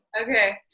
Okay